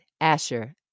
Asher